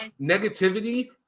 negativity